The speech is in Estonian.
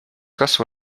kasvu